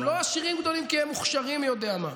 הם לא עשירים גדולים כי הם מוכשרים מי יודע מה.